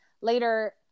later